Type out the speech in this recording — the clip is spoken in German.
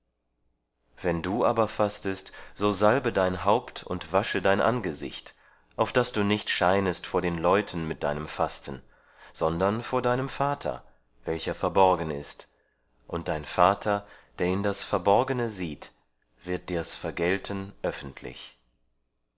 wenn du aber fastest so salbe dein haupt und wasche dein angesicht auf daß du nicht scheinest vor den leuten mit deinem fasten sondern vor deinem vater welcher verborgen ist und dein vater der in das verborgene sieht wird dir's vergelten öffentlich